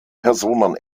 personen